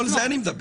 לא על זה אני מדבר,